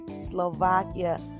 Slovakia